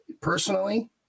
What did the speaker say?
personally